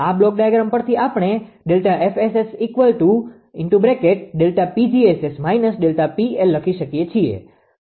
આ block diagram પરથી આપણે ΔFSSΔPg𝑆𝑆 − ΔPL લખી શકીએ